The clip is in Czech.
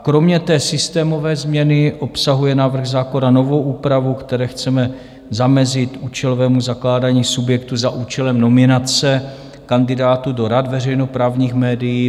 Kromě té systémové změny obsahuje návrh zákona novou úpravu, ve které chceme zamezit účelovému zakládání subjektů za účelem nominace kandidátů do rad veřejnoprávních médií.